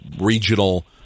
regional